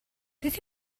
beth